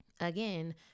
again